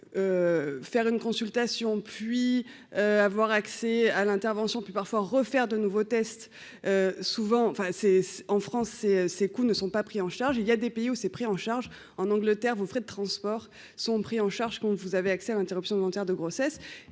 faire une consultation puis avoir accès à l'intervention puis parfois refaire de nouveaux tests souvent, enfin, c'est en France et ces coûts ne sont pas pris en charge, il y a des pays où c'est pris en charge en Angleterre, vous ferez de transport sont pris en charge qu'on vous avez accès à l'interruption volontaire de grossesse,